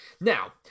Now